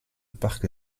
parc